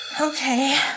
Okay